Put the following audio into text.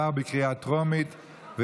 התשפ"ג 2023,